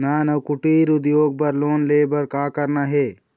नान अउ कुटीर उद्योग बर लोन ले बर का करना हे?